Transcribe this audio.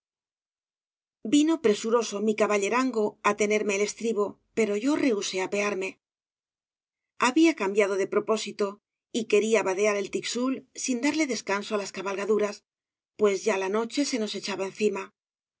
vino presuroso mi caballerango á tenerme el estribo pero yo rehusé apearme había obras de válle inclan cambiado de propósito y quería vadear el tixul sin darle descanso á las cabalgaduras pues ya la noche se nos echaba encima